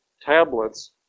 tablets